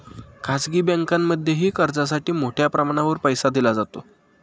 खाजगी बँकांमध्येही कर्जासाठी मोठ्या प्रमाणावर पैसा दिला जातो